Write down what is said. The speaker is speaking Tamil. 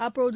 அப்போது